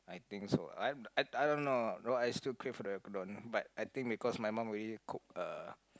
don't think so I I don't know though I still crave for the oyakodon but I think because my mum already cook a